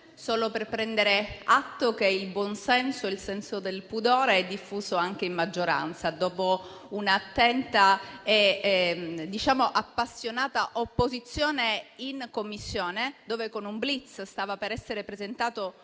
solo per prendere atto che il buonsenso e il senso del pudore sono diffusi anche nella maggioranza. Dopo un'attenta e appassionata opposizione in Commissione, dove con un *blitz* stava per essere presentato